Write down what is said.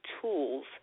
tools